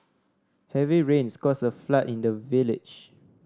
heavy rains caused a flood in the village